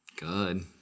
good